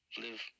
live